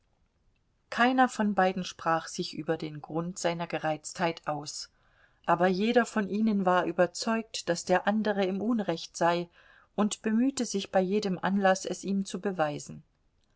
keiner von beiden sprach sich über den grund seiner gereiztheit aus aber jeder von ihnen war überzeugt daß der andere im unrecht sei und bemühte sich bei jedem anlaß es ihm zu beweisen